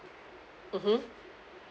mmhmm